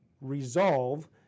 resolve